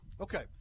Okay